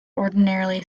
ordinarily